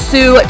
Sue